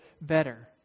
better